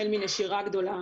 החל מנשירה גדולה,